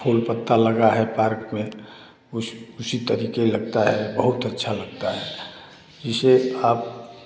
फूल पत्ता लगा है पार्क में उस उसी तरीके लगता है बहुत अच्छा लगता है इसे आप